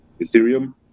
Ethereum